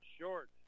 Short